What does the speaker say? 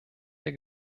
der